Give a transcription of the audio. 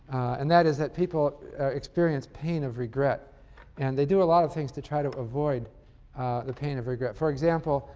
and that is, people experience pain of regret and they do a lot of things to try to avoid the pain of regret. for example,